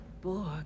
borg